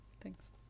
Thanks